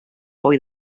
boi